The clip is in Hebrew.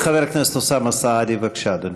חבר הכנסת אוסאמה סעדי, בבקשה, אדוני.